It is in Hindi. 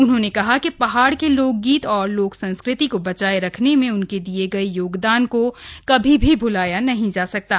उन्होंने कहा कि पहाड़ के लोकगीत औरलोक संस्कृति को बचाए रखने में उनके दिए गए योगदान को कभी भी भ्लाया नहीं जा सकता है